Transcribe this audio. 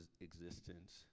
existence